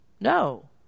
No